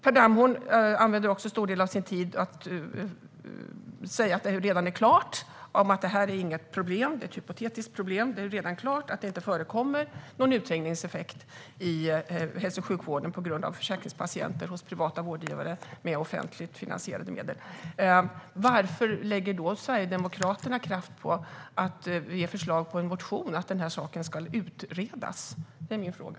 Per Ramhorn använder också en stor del av sin talartid till att säga att det här är ett hypotetiskt problem och att det redan är klart att det inte förekommer någon utträngningseffekt i hälso och sjukvården på grund av försärkringspatienter hos privata vårdgivare med offentligt finansierade medel. Varför lägger då Sverigedemokraterna kraft på att ge förslag på en motion om att den här saken ska utredas? Det är min fråga.